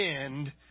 end